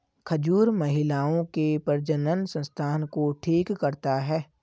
खजूर महिलाओं के प्रजननसंस्थान को ठीक करता है